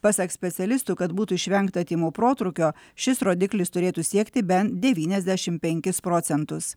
pasak specialistų kad būtų išvengta tymų protrūkio šis rodiklis turėtų siekti bent devyniasdešim penkis procentus